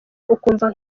ukumva